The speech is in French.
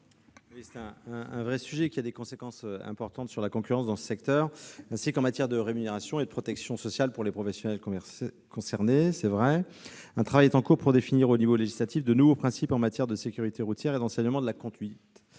C'est un vrai sujet, qui a des conséquences importantes sur la concurrence dans ce secteur, ainsi qu'en matière de rémunération et de protection sociale pour les professionnels concernés. Un travail est en cours pour définir au niveau législatif de nouveaux principes en matière de sécurité routière et d'enseignement de la conduite.